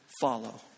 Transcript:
follow